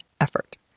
effort